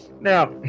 now